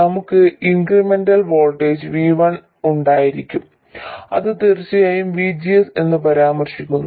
നമുക്ക് incremental voltage V1 ഉണ്ടായിരിക്കും അത് തീർച്ചയായും VGS എന്ന് പരാമർശിക്കുന്നു